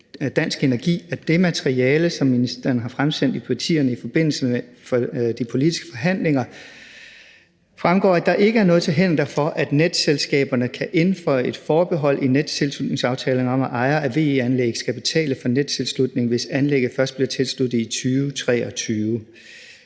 af det materiale, som ministeren har fremsendt til partierne i forbindelse med de politiske forhandlinger, at der ikke er noget til hinder for, at netselskaberne kan indføje et forbehold i nettilslutningsaftalerne om, at ejere af VE-anlæg skal betale for nettilslutning, hvis anlægget først bliver tilsluttet i 2023.